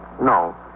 No